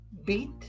beat